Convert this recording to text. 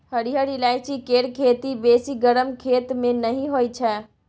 हरिहर ईलाइची केर खेती बेसी गरम खेत मे नहि होइ छै